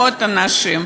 מאות אנשים,